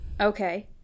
Okay